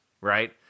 right